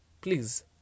please